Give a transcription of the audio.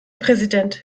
präsident